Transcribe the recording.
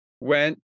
went